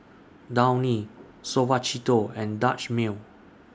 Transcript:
Downy Suavecito and Dutch Mill